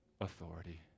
Authority